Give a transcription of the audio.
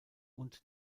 und